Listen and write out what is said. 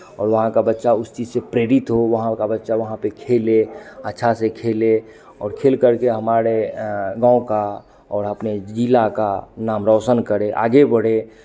और वहाँ का बच्चा उस चीज़ से प्रेरित हो वहाँ का बच्चा वहाँ पे खेले अच्छा से खेले और खेल करके हमारे गाँव का और अपने जिला का नाम रौशन करे आगे बढ़े